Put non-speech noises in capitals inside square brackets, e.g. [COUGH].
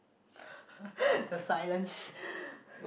[LAUGHS] the silence [LAUGHS]